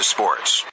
Sports